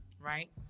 right